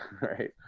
right